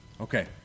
Okay